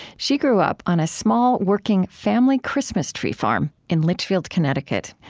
she grew up on a small, working, family christmas tree farm in litchfield, connecticut.